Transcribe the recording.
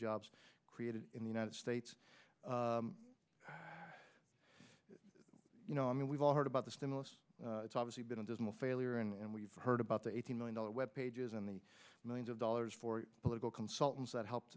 jobs created in the united states you know i mean we've all heard about the stimulus it's obviously been a dismal failure and we've heard about the eighty million dollars web pages and the millions of dollars for political consultants that help